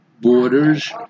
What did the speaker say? borders